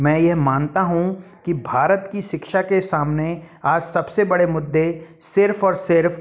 मैं यह मानता हूँ कि भारत की शिक्षा के सामने आज सबसे बड़े मुद्दे सिर्फ और सिर्फ